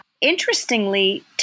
Interestingly